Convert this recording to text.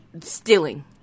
stealing